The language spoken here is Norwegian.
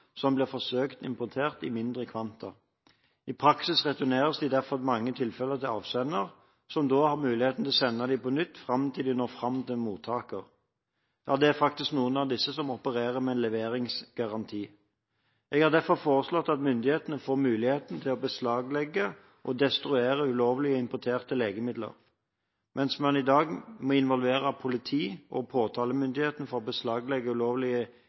som blir forsøkt importert i mindre kvanta. I praksis returneres de derfor i mange tilfeller til avsender, som da har mulighet til å sende dem på nytt til de når fram til mottakeren. Det er faktisk noen av disse som opererer med leveringsgaranti. Jeg har derfor foreslått at myndighetene får mulighet til å beslaglegge og destruere ulovlig importerte legemidler. Mens man i dag må involvere politi og påtalemyndigheter for å beslaglegge